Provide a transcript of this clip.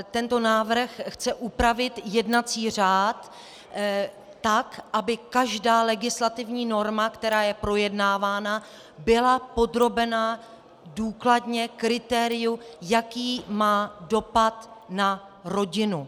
Tento návrh chce upravit jednací řád tak, aby každá legislativní norma, která je projednávána, byla podrobena důkladně kritériu, jaký má dopad na rodinu.